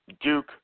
Duke